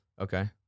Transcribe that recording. Okay